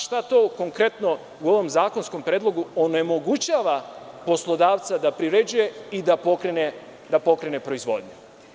Šta to konkretno u ovom zakonskom predlogu onemogućava poslodavca da privređuje i da pokrene proizvodnju?